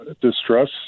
distress